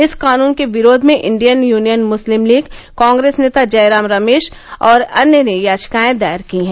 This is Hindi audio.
इस कानून के विरोध में Indian Union Muslim League Congress नेता जयराम रमेश और अन्य ने याचिकाए दायर की हैं